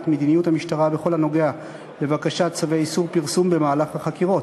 מדיניות המשטרה בכל הנוגע לבקשת צווי איסור פרסום במהלך החקירות.